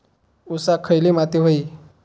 ऊसाक खयली माती व्हयी?